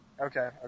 Okay